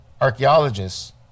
archaeologists